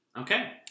Okay